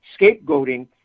scapegoating